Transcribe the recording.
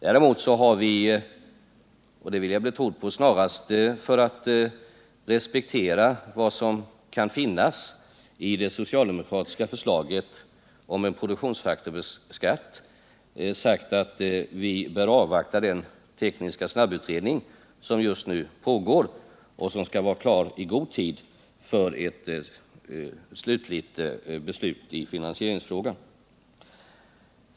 Däremot har vi sagt — och det vill jag bli trodd på — av respekt för vad som kan finnas i det socialdemokratiska förslaget om en produktionsfaktorsskatt, att man bör avvakta den tekniska snabbutredning som just nu pågår och som skall vara klar i god tid för ett slutligt beslut i finansieringsfrågan.